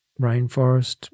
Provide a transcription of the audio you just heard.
rainforest